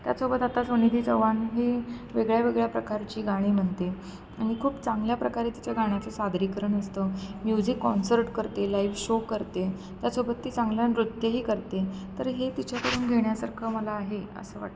त्याचसोबत आता सुनीधी चौहान ही वेगळ्या वेगळ्या प्रकारची गाणी म्हणते आणि खूप चांगल्या प्रकारे तिच्या गाण्याचं सादरीकरण असतं म्युझिक कॉन्सर्ट करते लाईव्ह शो करते त्यासोबत ती चांगलं नृत्यही करते तर हे तिच्याकडून घेण्यासारखं मला आहे असं वाटतं